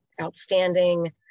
outstanding